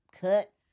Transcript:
cut